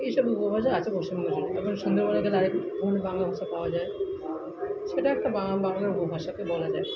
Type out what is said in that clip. এইসব উপভাষা আছে পশ্চিমবঙ্গের এখানে তারপরে সুন্দরবনে গেলে আরেক ধরনের বাংলা ভাষা পাওয়া যায় সেটা একটা বা বাংলার উপভাষাকে বলা যায়